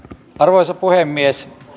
arvoisa puhemies